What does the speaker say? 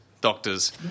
doctors